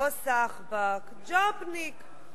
לא סחבק, ג'ובניק.